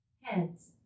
Heads